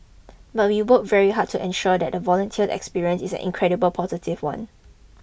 but we work very hard to ensure that the volunteer experience is an incredible positive one